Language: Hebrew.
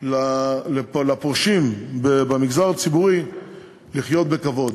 לפורשים מהמגזר הציבורי לחיות בכבוד.